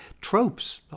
tropes